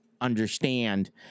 understand